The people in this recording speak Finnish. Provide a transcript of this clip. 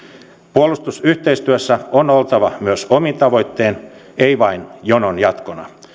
puolustusyhteistyössä on oltava myös omin tavoittein ei vain jonon jatkona